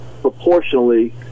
proportionally